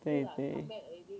对对